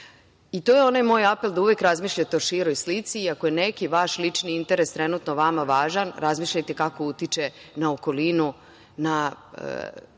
je onaj moj apel da uvek razmišljate o široj slici i ako je neki vaš lični interes trenutno vama važan, razmišljajte kako utiče na okolinu, na